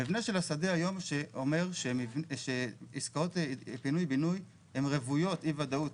המבנה של השדה היום אומר שעסקות פינוי בינוי הן רוויות אי ודאות,